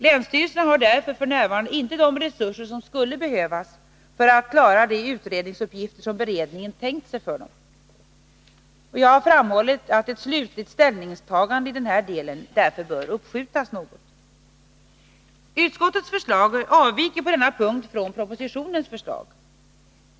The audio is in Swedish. Länsstyrelserna har därför f.n. inte de resurser som skulle behövas för att klara de utredningsuppgifter som beredningen tänkt sig för dem. Jag har framhållit att ett slutligt ställningstagande i denna del därför bör uppskjutas något. Utskottets förslag avviker på denna punkt från propositionens.